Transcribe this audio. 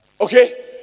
okay